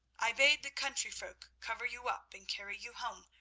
i bade the country-folk cover you up and carry you home,